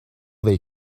they